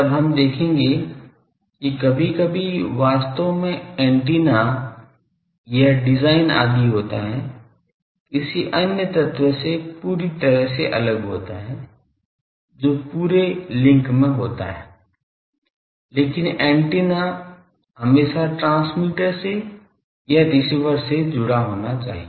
तब हम देखेंगे कि कभी कभी वास्तव में एंटीना यह डिजाइन आदि होता है किसी अन्य तत्व से पूरी तरह से अलग होता है जो पूरे लिंक में होता है लेकिन एंटीना हमेशा ट्रांसमीटर से या रिसीवर से जुड़ा होना चाहिए